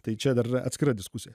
tai čia dar yra atskira diskusija